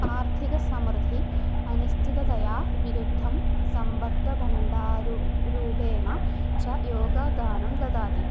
आर्थिकसमृद्धिः अनिश्चिततया विरुद्धं सम्पत्तिभडारूपेण च योगदानं ददाति